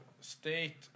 state